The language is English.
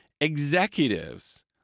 executives